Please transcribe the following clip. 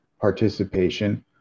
participation